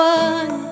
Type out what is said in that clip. one